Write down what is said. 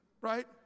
Right